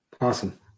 Awesome